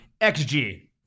XG